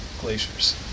glaciers